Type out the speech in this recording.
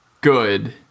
good